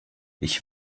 ich